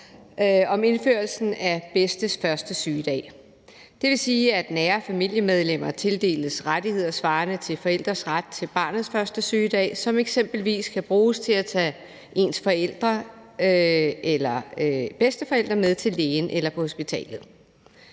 om indførelse af bedstes første sygedag. Det vil sige, at nære familiemedlemmer tildeles rettigheder svarende til forældres ret til barnets første sygedag, som eksempelvis kan bruges til at tage ens forældre eller bedsteforældre med til lægen eller på hospitalet.